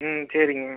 ம் சரிங்க